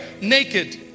naked